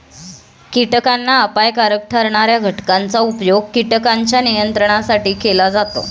कीटकांना अपायकारक ठरणार्या घटकांचा उपयोग कीटकांच्या नियंत्रणासाठी केला जातो